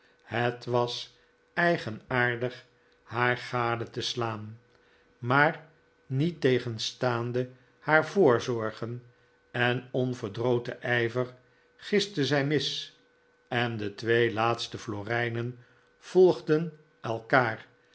het was eigenaardig haar gade te slaan maar niettegenstaande haar voorzorgen en onverdroten ijver giste zij mis en de twee laatste florijnen volgden elkaar